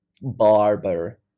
barber